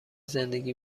زندگی